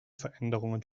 veränderungen